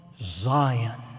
Zion